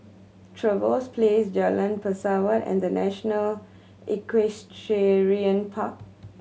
Trevose Place Jalan Pesawat and The National Equestrian Park